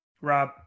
Rob